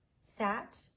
sat